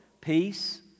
peace